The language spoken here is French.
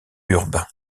urbain